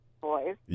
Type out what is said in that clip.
boys